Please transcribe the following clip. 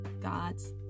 God's